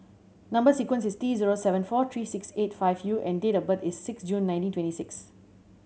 number sequence is T zero seven four three six eight five U and date of birth is six June nineteen twenty six